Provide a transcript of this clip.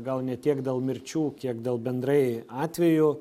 gal ne tiek dėl mirčių kiek dėl bendrai atvejų